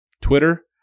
Twitter